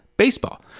baseball